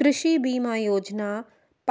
कृषि बीमा योजना